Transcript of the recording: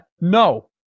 no